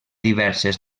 diverses